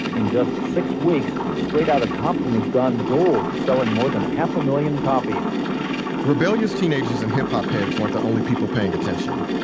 in just six weeks, straight outta compton has gone gold, selling more than a half a million copies rebellious teenagers and hip-hop heads weren't the only people paying attention.